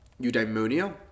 Eudaimonia